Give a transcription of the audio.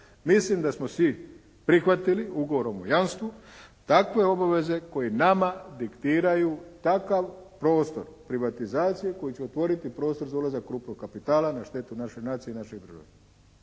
mislim da smo svi prihvatili ugovorom o jamstvu takve obaveze koje nama diktiraju takav prostor privatizacije koji će otvoriti prostor za ulazak krupnog kapitala na štetu naše nacije i naše države,